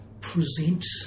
present